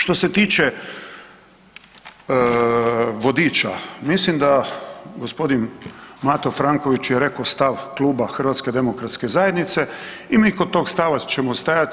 Što se tiče vodiča mislim da gospodin Mato Franković je rekao stav Kluba HDZ-a i mi kod tog stava ćemo stajati.